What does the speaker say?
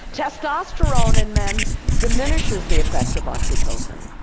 testosterone in men diminishes the effects of oxytocin.